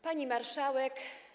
Pani Marszałek!